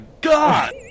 god